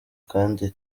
kandi